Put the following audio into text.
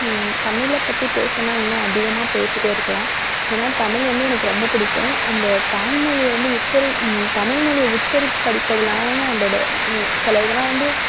தமிழை பற்றி பேசினா இன்னும் அதிகமாக பேசிட்டே இருக்கலாம் ஏன்னா தமிழ் வந்து எனக்கு ரொம்ப பிடிக்கும் அந்த தாய்மொழியை வந்து உச்சரி தமிழ் மொழிய உச்சரித் படிப்பதில் நாங்கள் அதோடய சில இதெலாம் வந்து